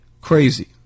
crazy